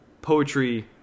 poetry